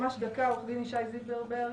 עורך הדין ישי זילברברג,